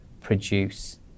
produce